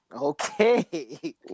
Okay